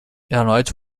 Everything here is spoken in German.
erneut